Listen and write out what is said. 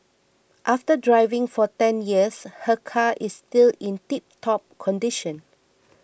after driving for ten years her car is still in tiptop condition